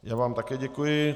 Já vám také děkuji.